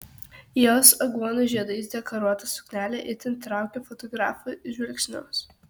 jos aguonų žiedais dekoruota suknelė itin traukė fotografų žvilgsnius